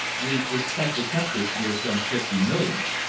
we expect to cut this year some fifty millions,